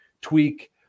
tweak